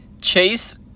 Chase